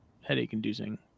headache-inducing